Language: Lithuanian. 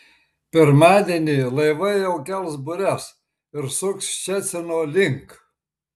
pirmadienį laivai jau kels bures ir suks ščecino link